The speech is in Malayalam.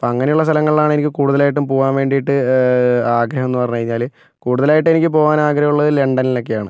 അപ്പം അങ്ങനെയുള്ള സ്ഥലങ്ങളിലാണ് എനിക്ക് കൂടുതലായിട്ടും പോകാൻ വേണ്ടിയിട്ട് ആഗ്രഹം എന്നു പറഞ്ഞു കഴിഞ്ഞാൽ കൂടുതലായിട്ടും എനിക്ക് പോകാൻ ആഗ്രഹമുള്ളത് ലണ്ടനിലേക്കാണ്